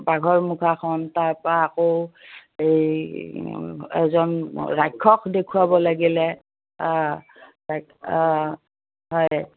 বাঘৰ মুখাখন তাৰপৰা আকৌ এই এজন ৰাক্ষক দেখুৱাব লাগিলে অঁ তাকে অঁ হয়